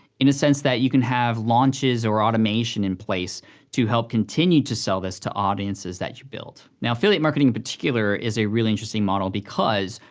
in a sense that you can have launches or automation in place to help continue to sell this to audiences that you build. now, affiliate marketing in particular, is a really interesting model because,